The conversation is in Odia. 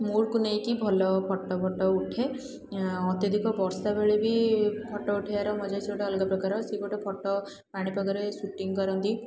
ମୁଡ଼୍କୁ ନେଇ କି ଭଲ ଫଟୋ ଫଟୋ ଉଠେ ଅତ୍ୟଧିକ ବର୍ଷା ବେଳେ ବି ଫଟୋ ଉଠେଇବାର ମଜା ସେ ଗୋଟେ ଅଲଗା ପ୍ରକାର ସେ ଗୋଟେ ଫଟୋ ପାଣି ପାଗରେ ସୁଟିଙ୍ଗ କରନ୍ତି